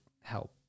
help